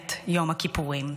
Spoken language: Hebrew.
מלחמת יום הכיפורים.